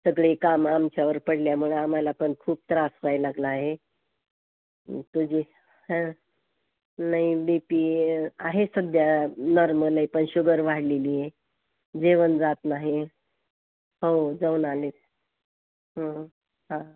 सगळे काम आमच्यावर पडल्यामुळे आम्हालापण खूप त्रास व्हायला लागला आहे तुझी हं नाही बी पी आहे सध्या नॉर्मल आहे पण शुगर वाढलेली आहे जेवण जात नाही हो जाऊन आले हा